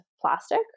plastic